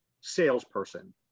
salesperson